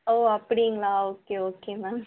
ஓ அப்படிங்களா okay okay ma'am